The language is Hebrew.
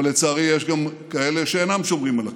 אבל לצערי יש גם כאלה שאינם שומרים על הכללים.